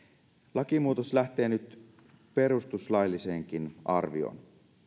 lakimuutos lähtee nyt perustuslailliseenkin arvioon